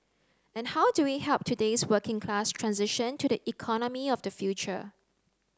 and how do we help today's working class transition to the economy of the future